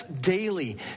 daily